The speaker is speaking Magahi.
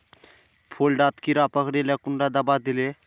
फुल डात कीड़ा पकरिले कुंडा दाबा दीले?